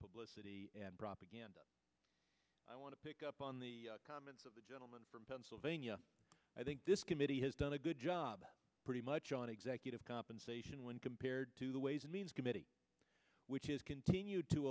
publicity and propaganda i want to pick up on the comments of the gentleman from pennsylvania i think this committee has done a good job pretty much on executive compensation when compared to the ways and means committee which is continued to